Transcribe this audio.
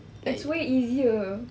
it's way easier